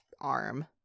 arm